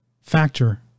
factor